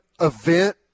event